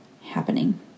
happening